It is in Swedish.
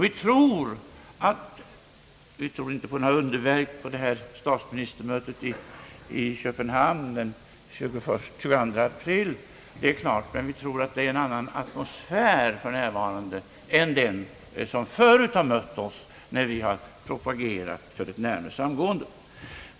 Vi tror inte att det skall ske några underverk vid statsministermötet i Köpenhamn den 22 april, men vi tror att det för närvarande är en annan atmosfär än den som förut har mött oss när vi har propagerat för ett närmare sammangående.